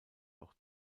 auch